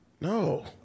no